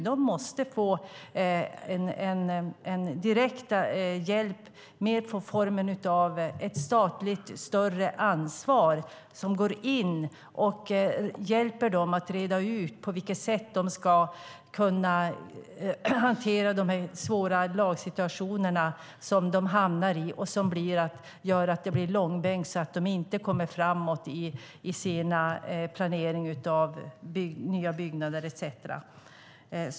De måste få direkt hjälp i form av ett statligt större ansvar där staten går in och hjälper dem att reda ut på vilket sätt de ska kunna hantera de svåra lagsituationer som de hamnar i och som gör att det blir långbänk så att de inte kommer framåt i sin planering av nya byggnader etcetera.